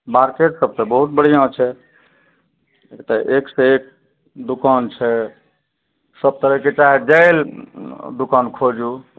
market सब तऽ बहुत बढ़िआँ छै एतऽ एकसँ एक दुकान छै सब तरहके चाहे जाहि लए दुकान खोजू